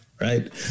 right